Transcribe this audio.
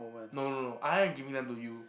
no no no I am giving them to you